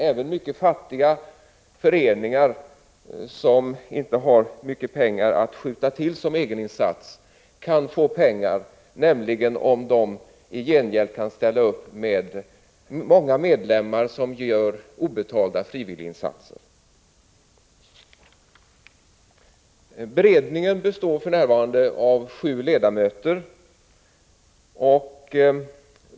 Även mycket fattiga föreningar som inte har mycket pengar att skjuta till som egeninsats kan få pengar, nämligen om de i gengäld kan ställa upp med många medlemmar som gör obetalda frivilliginsatser. Beredningen består för närvarande av sju ledamöter.